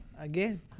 Again